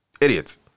idiots